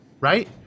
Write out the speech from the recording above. right